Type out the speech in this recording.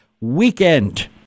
WEEKEND